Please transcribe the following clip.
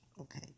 Okay